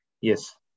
Yes